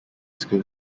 school